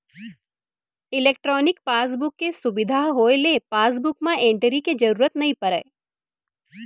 electronic passbook के सुबिधा होए ले पासबुक म एंटरी के जरूरत नइ परय